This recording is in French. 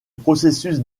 processus